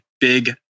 Big